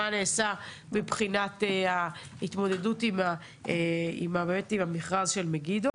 מה נעשה מבחינת ההתמודדות עם המכרז של מגידו.